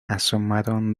asomaron